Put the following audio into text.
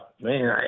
Man